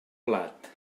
plat